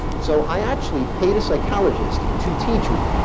so i actually paid a psychologist to teach me.